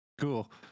cool